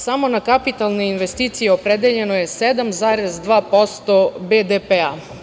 Samo na kapitalne investicije opredeljeno je 7,2% BDP.